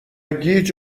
گیج